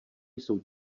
jsou